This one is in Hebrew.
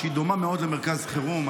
שהיא דומה מאוד למרכז חירום.